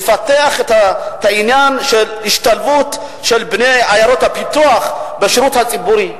לפתח את העניין של השתלבות של בני עיירות הפיתוח בשירות הציבורי.